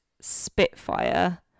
Spitfire